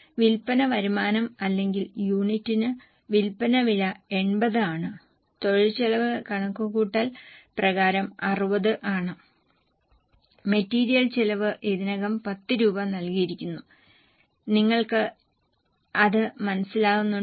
വിൽപ്പന വരുമാനം അല്ലെങ്കിൽ യൂണിറ്റിന് വിൽപന വില 80 ആണ് തൊഴിൽ ചെലവ് കണക്കുകൂട്ടൽ പ്രകാരം 60 ആണ് മെറ്റീരിയൽ ചെലവ് ഇതിനകം 10 രൂപ നൽകിയിരുന്നു നിങ്ങൾക്ക് അത് മനസിലാകുന്നുണ്ടോ